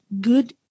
good